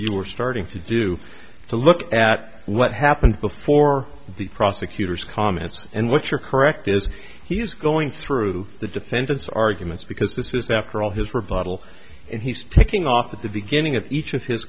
you were starting to do to look at what happened before the prosecutor's comments and what your correct is he's going through the defendant's arguments because this is after all his rebuttal and he's taking off at the beginning of each of his